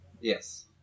Yes